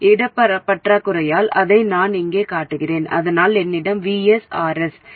இடப்பற்றாக்குறையால் அதை இங்கே காட்டுகிறேன் அதனால் என்னிடம் Vs Rs